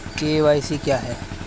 KYC क्या है?